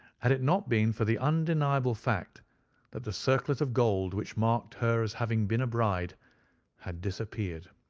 had it not been for the undeniable fact that the circlet of gold which marked her as having been a bride had disappeared.